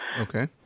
Okay